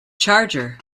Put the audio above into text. charger